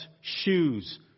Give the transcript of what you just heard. Shoes